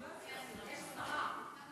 כן, יש שרה.